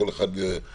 כל אחד בדעתו.